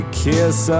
kiss